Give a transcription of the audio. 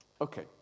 Okay